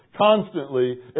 constantly